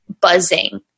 buzzing